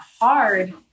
hard